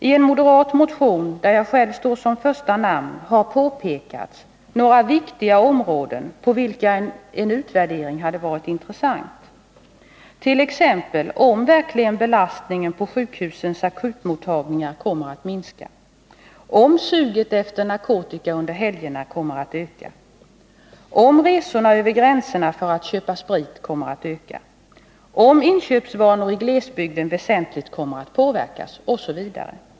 I en moderat motion, där jag själv står som första namn, har påpekats några viktiga områden på vilka en utvärdering hade varit intressant, t.ex. om verkligen belastningen på sjukhusens akutmottagningar kommer att minska, om suget efter narkotika under helgerna kommer att öka, om resorna över gränserna för att köpa sprit kommer att öka, om inköpsvanor i glesbygden väsentligt kommer att påverkas, osv.